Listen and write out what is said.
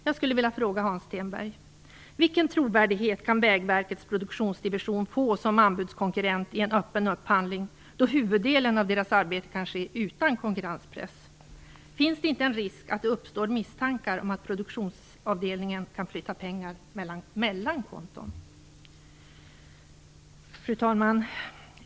Jag skulle vilja fråga Hans Stenberg: Vilken trovärdighet kan Vägverkets produktionsdivision få som anbudskonkurrent i en öppen upphandling, då huvuddelen av arbetet kan ske utan konkurrenspress? Finns det inte en risk att det uppstår misstankar om att produktionsavdelningen kan flytta pengar mellan konton? Fru talman!